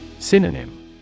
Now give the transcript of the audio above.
Synonym